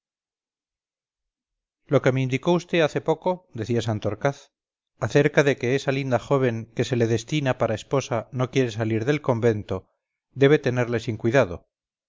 lo que me indicó vd hace poco decía santorcaz acerca de que esa linda joven que se le destina para esposa no quiere salir del convento debe tenerle sin cuidado